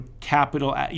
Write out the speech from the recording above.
capital